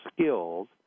skills